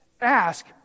ask